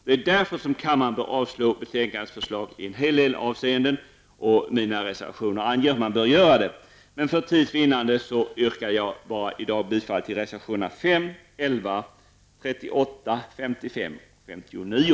Det är därför som kammaren bör avslå utskottets förslag i en hel del avseenden. Mina reservationer anger var det bör bli avslag. För tids vinnande yrkar jag i dag bifall bara till reservationerna 5, 11, 38, 55 och 59.